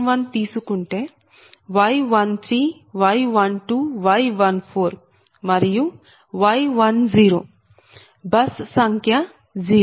Y11 తీసుకుంటే Y13 Y12 Y14 మరియు Y10 bus సంఖ్య 0